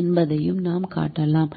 என்பதையும் நாம் காட்டலாம்